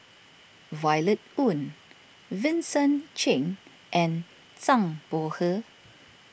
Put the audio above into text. Violet Oon Vincent Cheng and Zhang Bohe